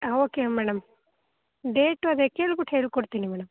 ಹಾಂ okay madam date ಅದೇ ಕೇಳ್ಬುಟ್ಟು ಹೇಳಿಕೊಡ್ತೀನಿ ಮೇಡಮ್